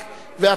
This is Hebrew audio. החרדי.